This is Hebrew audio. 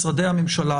משרדי הממשלה,